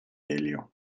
elio